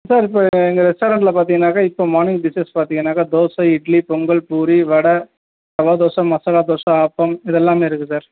sir இப்போ எங்கள் ரெஸ்டாரண்ட்ல பார்த்தீங்கன்னாக்கா இப்போ மார்னிங் டிஷ்ஷஸ் பார்த்தீங்கன்னாக்கா தோசை இட்லி பொங்கல் பூரி வடை ரவா தோசை மசாலா தோசை ஆப்பம் இது எல்லாமே இருக்குது சார்